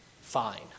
fine